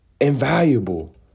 Invaluable